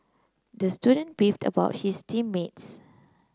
the student beefed about his team mates